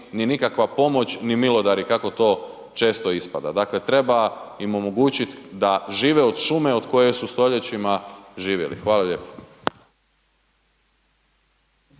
ni nikakva pomoć, ni milodari kako to često ispada. Dakle treba im omogućiti da žive od šume od koje su stoljećima živjeli. Hvala lijepo.